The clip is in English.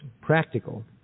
Practical